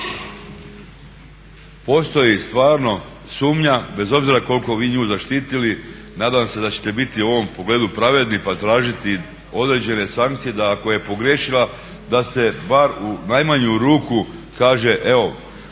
postoji stvarno sumnja, bez obzira koliko vi nju zaštitili nadam se da ćete biti u ovom pogledu pravedni pa tražiti određene sankcije da ako je pogriješila da se bar u najmanju ruku kaže evo